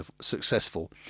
successful